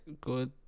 good